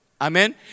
Amen